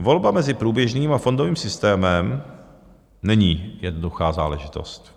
Volba mezi průběžným a fondovým systémem není jednoduchá záležitost.